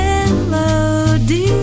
Melody